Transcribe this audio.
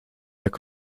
jak